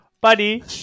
Buddy